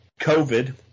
COVID